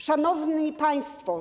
Szanowni Państwo!